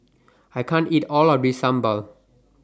I can't eat All of This Sambal